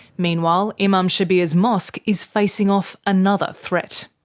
meanwhile, imam shabir's mosque is facing off another threat.